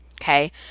okay